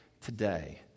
today